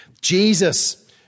Jesus